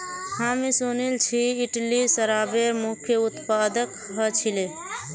हामी सुनिल छि इटली शराबेर मुख्य उत्पादक ह छिले